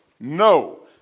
No